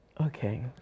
okay